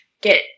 Get